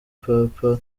papa